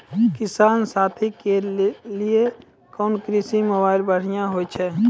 किसान साथी के लिए कोन कृषि मोबाइल बढ़िया होय छै?